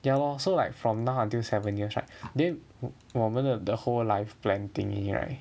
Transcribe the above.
ya lor so like from now until seven years right then 我们的 the whole life plan thingy right